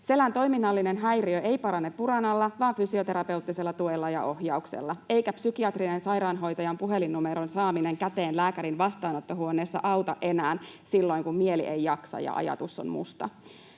Selän toiminnallinen häiriö ei parane Buranalla vaan fysioterapeuttisella tuella ja ohjauksella. Eikä psykiatrisen sairaanhoitajan puhelinnumeron saaminen käteen lääkärin vastaanottohuoneessa auta enää silloin, kun mieli ei jaksa ja ajatus on musta.